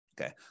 Okay